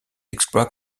exploits